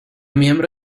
miembro